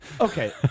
Okay